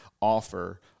offer